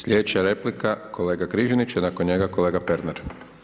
Slijedeća replika kolega Križanić, a nakon njega kolega Pernar.